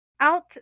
out